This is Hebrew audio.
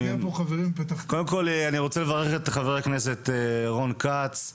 אני רוצה לברך את חבר הכנסת רון כץ,